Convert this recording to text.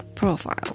Profile